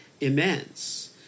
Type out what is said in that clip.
immense